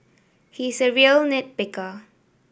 he is a real nit picker